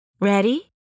Ready